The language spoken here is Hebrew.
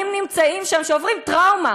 נמצאים שם ילדים שעוברים טראומה.